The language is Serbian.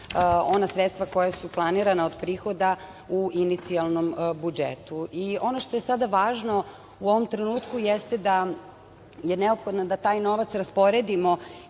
ona sredstva koja su planirana od prihoda u inicijalnom budžetu. Ono što je sada važno u ovom trenutku jeste da je neophodno da taj novac rasporedimo